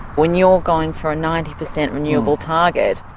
when you're going for a ninety percent renewable target?